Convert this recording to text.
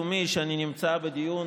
שני,